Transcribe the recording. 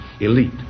elite